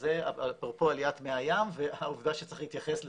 זה אפרופו עליית מי הים והעובדה שצריך להתייחס לזה.